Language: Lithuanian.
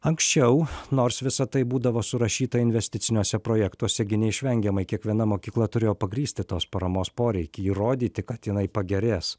anksčiau nors visa tai būdavo surašyta investiciniuose projektuose neišvengiamai kiekviena mokykla turėjo pagrįsti tos paramos poreikį įrodyti kad jinai pagerės